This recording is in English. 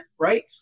Right